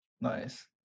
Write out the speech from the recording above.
Nice